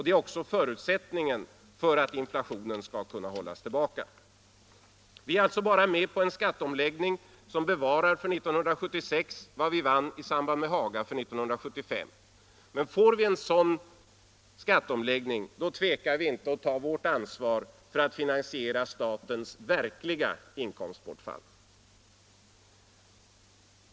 Det är också förutsättningen för att inflationen skall kunna hållas tillbaka. Vi är alltså bara med på en skatteomläggning som bevarar för 1976 vad vi vann i samband med Haga för 1975. Men får vi en sådan skatteomläggning, då tvekar vi inte att ta vårt ansvar för att finansiera statens verkliga inkomstbortfall.